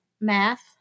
Math